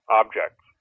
objects